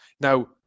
Now